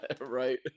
Right